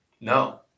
No